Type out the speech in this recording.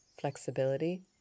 flexibility